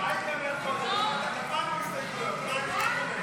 הסתייגות לא התקבלה.